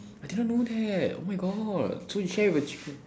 I did not know that oh my god so you share with a chicken